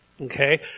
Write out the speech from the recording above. Okay